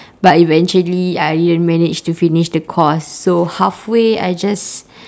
but eventually I didn't manage to finish the course so halfway I just